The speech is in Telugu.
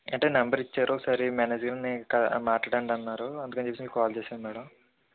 అంటే నెంబర్ ఇచ్చారు ఒకసారి మేనేజర్ని మాట్లాడండి అన్నారు అందుకని చెప్పెసి కాల్ చేశాను మేడం